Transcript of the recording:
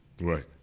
Right